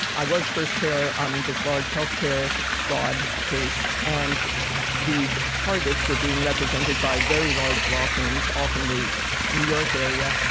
i was first chair on this large healthcare fraud case. and the targets were being represented by very large law firms, all from the new york area,